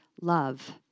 love